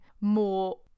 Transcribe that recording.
more